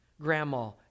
grandma